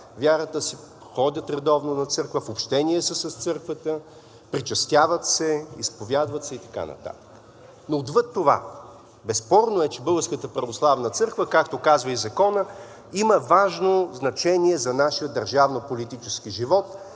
вярата си, ходят редовно на църква, в общение са с църквата, причестяват се, изповядват се и така нататък. Но отвъд това безспорно е, че Българската православна църква, както казва и Законът, има важно значение за нашия държавно-политически живот